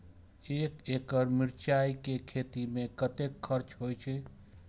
एक एकड़ मिरचाय के खेती में कतेक खर्च होय छै?